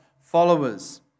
followers